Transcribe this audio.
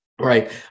right